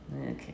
Okay